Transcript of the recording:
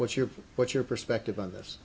what's your what's your perspective on this